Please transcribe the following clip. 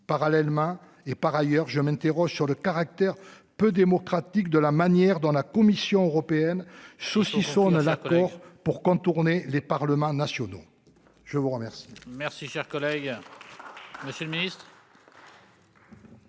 Parallèlement et par ailleurs je m'interroge sur le caractère peu démocratique de la manière dont la Commission européenne saucisson ne l'accord pour contourner les parlements nationaux. Je vous remercie.